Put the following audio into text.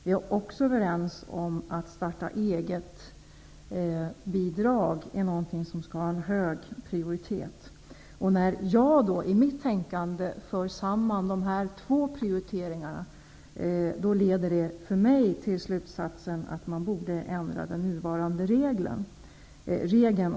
Vi är också överens om att starta-eget-bidrag skall ha hög prioritet. När jag då i mitt tänkande för samman de här två prioriteringarna leder det mig till slutsatsen att man borde ändra den nuvarande 20-årsregeln.